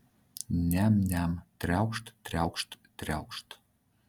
niam niam triaukšt triaukšt triaukšt